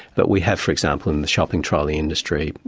but we have for example, in the shopping trolley industry,